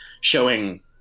showing